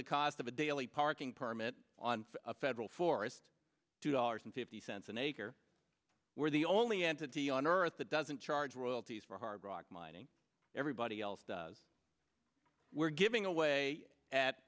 the cost of a daily parking permit on a federal forest two dollars and fifty cents an acre we're the only entity on earth that doesn't charge royalties for hard rock mining everybody else does we're giving away at